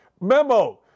Memo